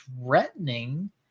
threatening